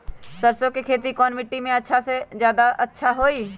सरसो के खेती कौन मिट्टी मे अच्छा मे जादा अच्छा होइ?